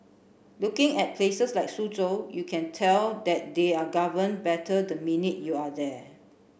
looking at places like Suzhou you can tell that they are govern better the minute you are there